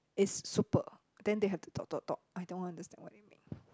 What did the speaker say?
is super then they have the dot dot dot I don't understand what it mean